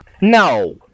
No